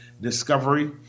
discovery